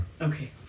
Okay